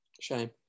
Shame